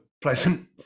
pleasant